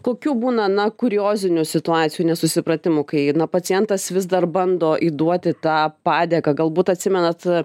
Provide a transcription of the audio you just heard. kokių būna kuriozinių situacijų nesusipratimų kai pacientas vis dar bando įduoti tą padėką galbūt atsimenat ar